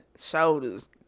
Shoulders